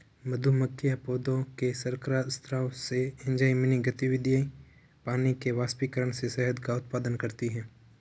मधुमक्खियां पौधों के शर्करा स्राव से, एंजाइमी गतिविधि, पानी के वाष्पीकरण से शहद का उत्पादन करती हैं